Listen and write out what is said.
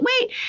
wait